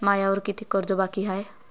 मायावर कितीक कर्ज बाकी हाय?